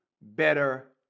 better